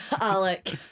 Alec